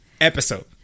episode